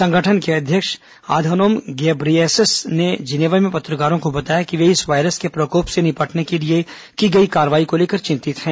संगठन के अध्यक्ष अधानोम घेब्रेयेसस ने जिनेवा में पत्रकारों को बताया कि वे इस वायरस के प्रकोप से निपटने के लिए की गई कार्रवाई को लेकर चिंतित हैं